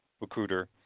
recruiter